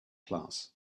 class